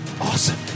awesome